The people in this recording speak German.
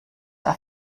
auf